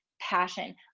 passion